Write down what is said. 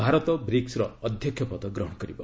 ଭାରତ ବ୍ରିକ୍ଟର ଅଧ୍ୟକ୍ଷ ପଦ ଗ୍ରହଣ କରିବ